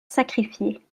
sacrifiés